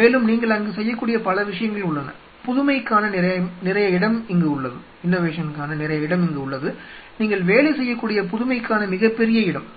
மேலும் நீங்கள் அங்கு செய்யக்கூடிய பல விஷயங்கள் உள்ளன புதுமைக்கான நிறைய இடம் இங்கு உள்ளது நீங்கள் வேலை செய்யக்கூடிய புதுமைக்கான மிகப்பெரிய இடம்